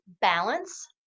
balance